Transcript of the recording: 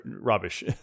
rubbish